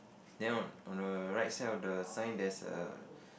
then on on the right side of the sign there's err